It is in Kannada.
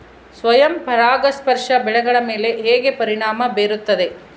ಸ್ವಯಂ ಪರಾಗಸ್ಪರ್ಶ ಬೆಳೆಗಳ ಮೇಲೆ ಹೇಗೆ ಪರಿಣಾಮ ಬೇರುತ್ತದೆ?